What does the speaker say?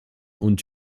und